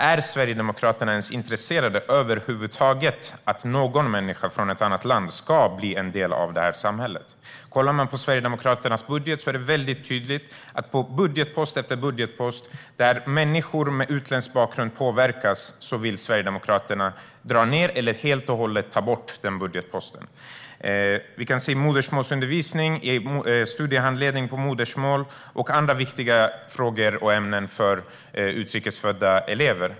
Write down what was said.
Är Sverigedemokraterna ens över huvud taget intresserade av att någon människa från ett annat land ska bli en del av detta samhälle? Kollar man på Sverigedemokraternas budget är det mycket tydligt att på budgetpost efter budgetpost där människor med utländsk bakgrund påverkas vill Sverigedemokraterna dra ned eller helt och hållet ta bort denna budgetpost. Vi kan se att det gäller modersmålsundervisning, studiehandledning på modersmål och andra frågor och ämnen som är viktiga för utrikes födda elever.